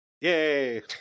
Yay